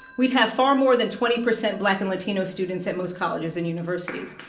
we'd have far more than twenty percent black and latino students at most colleges and universities.